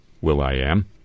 Will.i.am